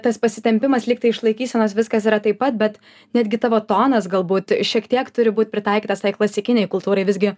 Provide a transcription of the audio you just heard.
tas pasitempimas lygtai iš laikysenos viskas yra taip pat bet netgi tavo tonas galbūt šiek tiek turi būti pritaikytas klasikinei kultūrai visgi